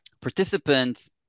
participants